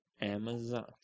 Amazon